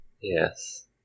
Yes